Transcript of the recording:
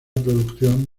producción